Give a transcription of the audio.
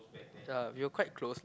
ya we were quite close